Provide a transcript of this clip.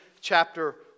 chapter